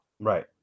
Right